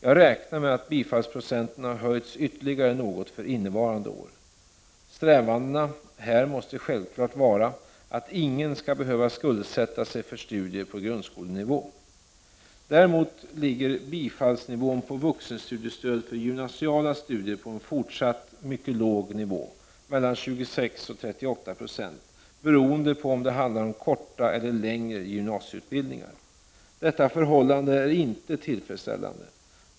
Jag räknar med att bifallsprocenten har höjts ytterligare något för innevarande år. Strävandena här måste självfallet vara att ingen skall behöva skuldsätta sig för studier på grundskolenivå. Däremot ligger bifallsnivån på vuxenstudiestöd för gymnasiala studier på en fortsatt mycket låg nivå, mellan 26 och 38 76, beroende på om det handlar om korta eller längre gymnasieutbildningar. Detta förhållande är inte tillfredsställande.